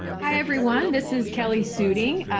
hi everyone, this is kelli suding,